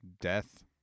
death